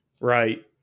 Right